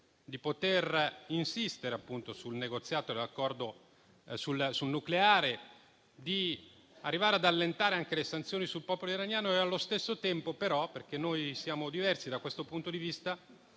di poter insistere, appunto, sull'accordo sul nucleare per arrivare ad allentare le sanzioni sul popolo iraniano e allo stesso tempo, però, perché noi siamo diversi da questo punto di vista,